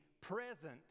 present